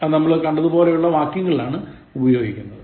അത് നമ്മൾ കണ്ടതുപോലെയുള്ള വാക്യങ്ങളിൽ ആണ് ഉപയോഗിക്കുന്നത്